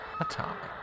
Atomic